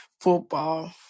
football